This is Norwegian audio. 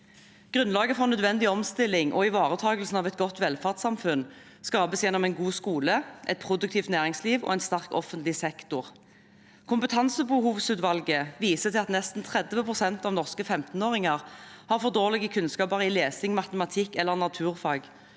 Grunnlaget for nødvendig omstilling og ivaretakelsen av et godt velferdssamfunn skapes gjennom en god skole, et produktivt næringsliv og en sterk offentlig sektor. Kompetansebehovsutvalget viser til at nesten 30 pst. av norske 15-åringer har for dårlige kunnskaper i